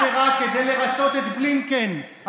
כדי לרצות את בלינקן, תתבייש.